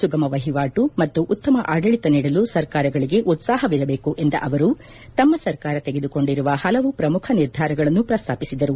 ಸುಗಮ ವಹಿವಾಟು ಮತ್ತು ಉತ್ತಮ ಆಡಳಿತ ನೀಡಲು ಸರ್ಕಾರಗಳಿಗೆ ಉತ್ಪಾಹವಿರಬೇಕು ಎಂದ ಅವರು ತಮ್ಮ ಸರ್ಕಾರ ತೆಗೆದುಕೊಂಡಿರುವ ಹಲವು ಪ್ರಮುಖ ನಿರ್ಧಾರಗಳನ್ನು ಪ್ರಸ್ತಾಪಿಸಿದರು